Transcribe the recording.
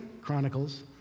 Chronicles